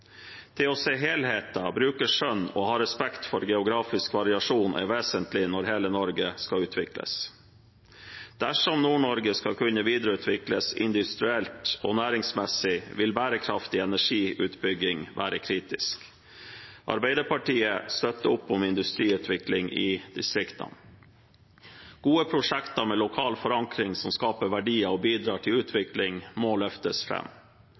Det å se helheten, bruke skjønn og ha respekt for geografisk variasjon er vesentlig når hele Norge skal utvikles. Dersom Nord-Norge skal kunne videreutvikles industrielt og næringsmessig, vil bærekraftig energiutbygging være kritisk. Arbeiderpartiet støtter opp om industriutvikling i distriktene. Gode prosjekter med lokal forankring, som skaper verdier og bidrar til utvikling, må løftes